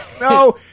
No